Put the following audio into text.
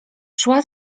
szła